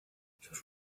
sus